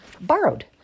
Borrowed